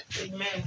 Amen